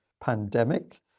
pandemic